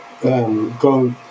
go